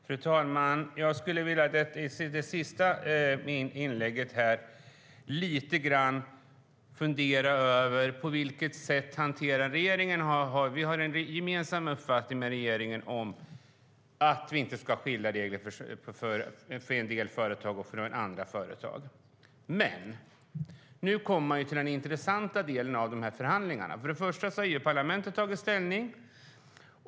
Fru talman! I mitt sista inlägg skulle jag vilja fundera lite grann över hur regeringen har hanterat detta. Vi har en gemensam uppfattning med regeringen att vi inte ska ha olika regler för vissa företag jämfört andra företag. Men nu kommer man till den intressanta delen av förhandlingarna. EU-parlamentet har tagit ställning.